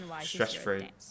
stress-free